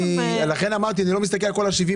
לכן אמרתי שאני לא מסתכל על כל ה-70